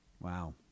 Wow